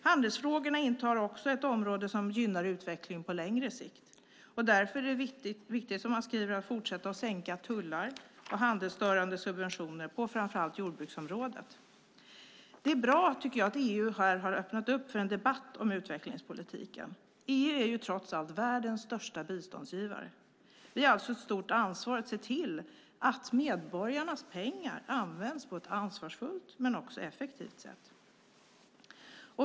Handelsfrågorna är också ett område som gynnar utveckling på längre sikt. Därför är det viktigt, som man skriver, att fortsätta sänka tullar och handelsstörande subventioner på framför allt jordbruksområdet. Jag tycker att det är bra att EU här har öppnat upp för en debatt om utvecklingspolitiken. EU är trots allt världens största biståndsgivare. Vi har alltså ett stort ansvar att se till att medborgarnas pengar används på ett ansvarsfullt och effektivt sätt.